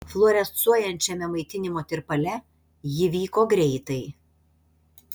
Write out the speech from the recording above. fluorescuojančiame maitinimo tirpale ji vyko greitai